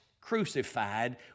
crucified